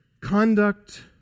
conduct